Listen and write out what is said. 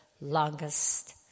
longest